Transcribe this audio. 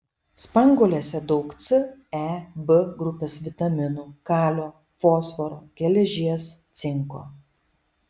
spanguolėse daug c e b grupės vitaminų kalio fosforo geležies cinko